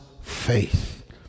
faith